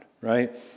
Right